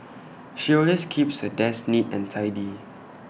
she always keeps her desk neat and tidy